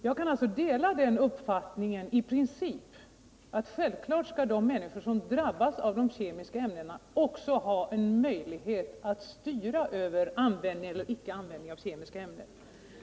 Jag kan dela den uppfattningen i princip att självklart skall de människor som drabbas av de kemiska ämnena också ha en möjlighet att styra över användning eller icke användning av kemiska ämnen.